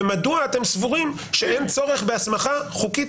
ומדוע אתם סבורים שאין צורך בהסמכה חוקית